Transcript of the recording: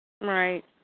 Right